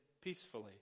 peacefully